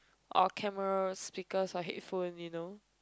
or cameras speakers or headphones you know